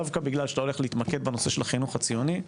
דווקא בגלל שאתה הולך להתמקד בנושא של החינוך הציוני,